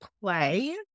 play